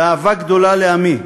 באהבה גדולה לעמי,